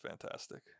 fantastic